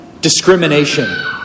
discrimination